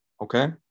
Okay